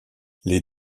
les